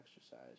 exercise